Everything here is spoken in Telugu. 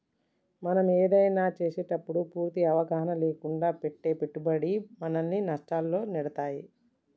మనం ఏదైనా చేసేటప్పుడు పూర్తి అవగాహన లేకుండా పెట్టే పెట్టుబడి మనల్ని నష్టాల్లోకి నెడతాయి